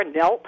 NELP